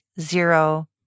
zero